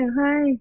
Hi